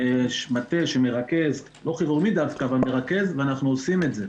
מטה שמרכז, ואנחנו עושים את זה.